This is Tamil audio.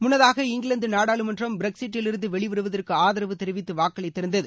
முன்னதாக இங்கிலாந்து நாடாளுமன்றம் பிரக்ஸிட்டிலிருந்து வெளிவருவதற்கு ஆதரவு தெரிவித்து வாக்களித்திருந்தது